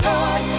Lord